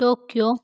Tokyo